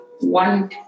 One